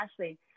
Ashley